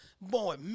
boy